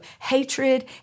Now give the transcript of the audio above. hatred